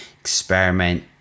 experiment